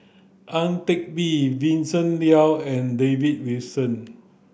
Ang Teck Bee Vincent Leow and David Wilson